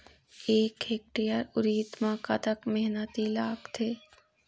एक हेक्टेयर उरीद म कतक मेहनती लागथे?